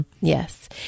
Yes